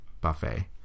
buffet